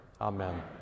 Amen